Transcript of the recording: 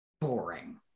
boring